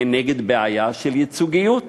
כנגד בעיה של ייצוגיות,